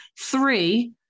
three